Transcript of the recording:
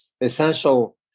essential